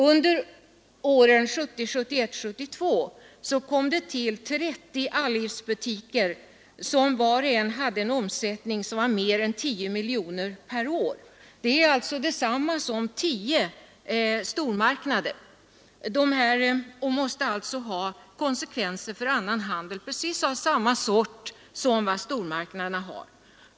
Under våren 1970, 1971 och 1972 kom det till 30 allivsbutiker som var och en hade en omsättning på mer än 10 miljoner kronor per år, dvs. lika mycket som tio stormarknader. Det måste ha konsekvenser precis av samma sort för annan handel som stormarknaderna har.